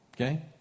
Okay